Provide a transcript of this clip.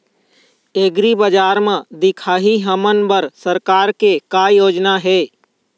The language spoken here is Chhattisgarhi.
एग्रीबजार म दिखाही हमन बर सरकार के का योजना हे?